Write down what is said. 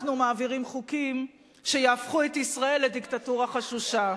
אנחנו מעבירים חוקים שיהפכו את ישראל לדיקטטורה חשוכה.